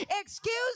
Excuse